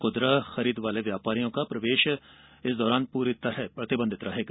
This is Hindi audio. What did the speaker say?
खुदरा खरीद वाले व्यापारियों का प्रवेश पूरी तरह प्रतिबंधित रहेगा